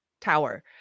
tower